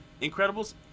Incredibles